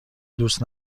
دوست